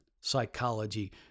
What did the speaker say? psychology